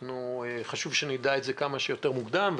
חשוב שנדע את זה כמה שיותר מוקדם,